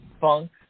funk